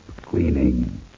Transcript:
cleaning